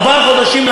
ארבעה חודשים,